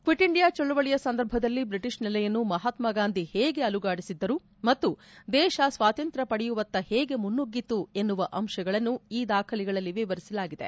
quit India ಚಳವಳಿಯ ಸಂದರ್ಭದಲ್ಲಿ British ನೆಲೆಯನ್ನು ಮಹಾತ್ಮ ಗಾಂಧಿ ಹೇಗೆ ಅಲುಗಾಡಿಸಿದ್ದರು ಮತ್ತು ದೇಶ ಸ್ವಾತಂತ್ರ್ ಪಡೆಯುವತ್ತ ಹೇಗೆ ಮುನ್ನುಗ್ಗಿತು ಎನ್ನುವ ಅಂಶಗಳನ್ನು ಈ ದಾಖಲೆಗಳಲ್ಲಿ ವಿವರಿಸಲಾಗಿದೆ